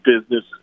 business